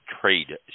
trade